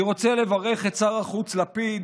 אני רוצה לברך את שר החוץ לפיד,